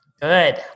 Good